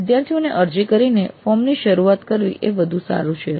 વિદ્યાર્થીઓને અરજી કરીને ફોર્મ ની શરૂઆત કરવી એ વધુ સારું છે